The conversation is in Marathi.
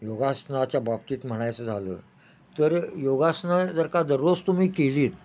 योगासनाच्या बाबतीत म्हणायचं झालं तर योगासनं जर का दररोज तुम्ही केलीत